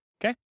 Okay